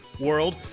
World